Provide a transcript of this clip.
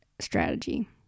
strategy